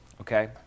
Okay